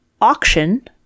Auction